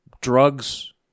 drugs